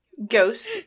Ghost